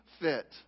fit